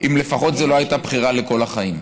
אם לפחות זו לא הייתה בחירה לכל החיים.